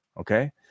Okay